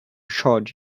charge